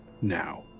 now